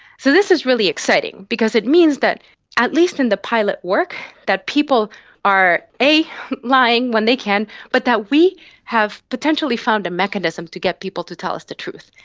so this is really exciting because it means that at least in the pilot work, that people are lying when they can but that we have potentially found a mechanism to get people to tell us the truth.